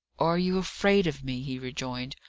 are you afraid of me? he rejoined.